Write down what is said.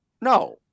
no